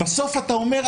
בסוף אתה אומר,